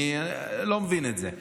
אני לא מבין את זה.